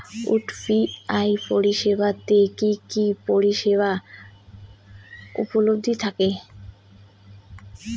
UPI পরিষেবা তে কি কি পরিষেবা উপলব্ধি থাকে?